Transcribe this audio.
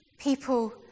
People